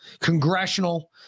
congressional